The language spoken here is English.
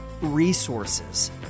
resources